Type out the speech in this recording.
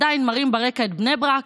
עדיין מראים ברקע את בני ברק,